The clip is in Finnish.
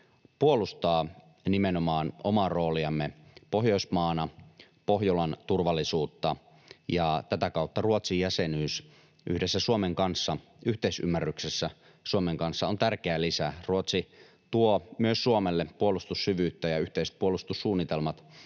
puolustaa nimenomaan omaa rooliamme Pohjoismaana, Pohjolan turvallisuutta, ja tätä kautta Ruotsin jäsenyys yhdessä Suomen kanssa, yhteisymmärryksessä Suomen kanssa, on tärkeä lisä. Ruotsi tuo myös Suomelle puolustussyvyyttä, ja yhteispuolustussuunnitelma